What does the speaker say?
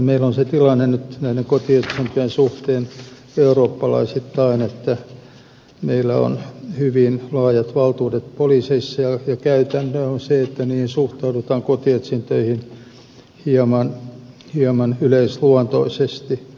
meillä on nyt sellainen tilanne kotietsintöjen suhteen eurooppalaisittain että poliiseilla on hyvin laajat valtuudet ja käytäntö on se että kotietsintöihin suhtaudutaan hieman yleisluontoisesti